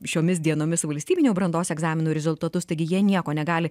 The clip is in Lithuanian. šiomis dienomis valstybinių brandos egzaminų rezultatus taigi jie nieko negali